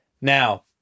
Now